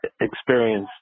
experience